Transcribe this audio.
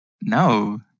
No